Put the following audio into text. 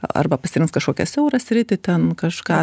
arba pasirinks kažkokią siaurą sritį ten kažką